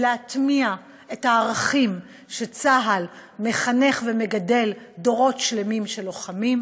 ולהטמיע את הערכים שצה"ל מחנך ומגדל עליהם דורות שלמים של לוחמים,